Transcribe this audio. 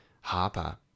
harper